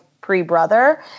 pre-brother